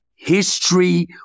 history